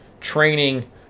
training